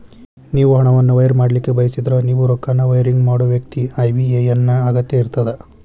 ನೇವು ಹಣವನ್ನು ವೈರ್ ಮಾಡಲಿಕ್ಕೆ ಬಯಸಿದ್ರ ನೇವು ರೊಕ್ಕನ ವೈರಿಂಗ್ ಮಾಡೋ ವ್ಯಕ್ತಿ ಐ.ಬಿ.ಎ.ಎನ್ ನ ಅಗತ್ಯ ಇರ್ತದ